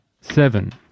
seven